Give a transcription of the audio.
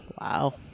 Wow